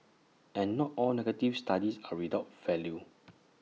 and not all negative studies are without value